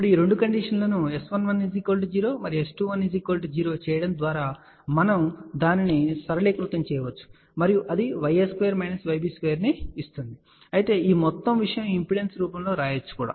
ఇప్పుడు ఈ రెండు కండిషన్ లను S11 0 మరియు S21 0 చేయడం ద్వారా మనం దానిని సరళీకృతం చేయవచ్చు మరియు అది ya2 yb2 ఇస్తుంది అయితే ఈ మొత్తం విషయం ఇంపెడెన్స్ రూపంలో వ్రాయవచ్చు కూడా